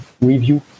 review